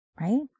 right